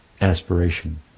aspiration